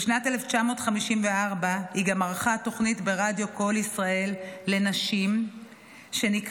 בשנת 1954 היא גם ערכה תוכנית ברדיו קול ישראל לנשים שנקראה